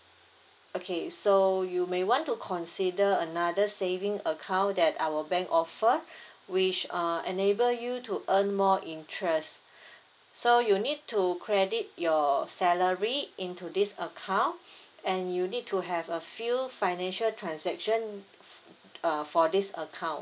okay so you may want to consider another saving account that our bank offer which uh enable you to earn more interest so you need to credit your salary into this account and you need to have a few financial transaction uh for this account